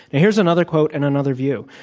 and here's another quote and another view.